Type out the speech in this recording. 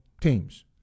teams